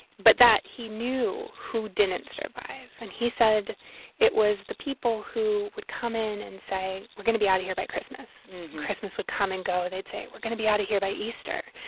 but that he knew who didn't survive, and he said it was the people who would come in and say, we're going to be out of here by christmas. and christmas would come and go. they'd say, we're going to be out of here by easter.